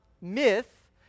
myth